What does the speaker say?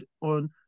on